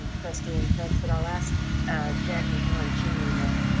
trustee and ntuk. but i'll ask jackie hann, she may know.